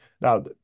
now